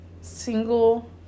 single